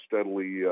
steadily